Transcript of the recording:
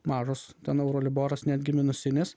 mažus ten euroliboras netgi minusinis